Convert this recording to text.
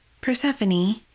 Persephone